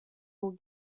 will